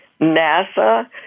NASA